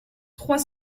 trois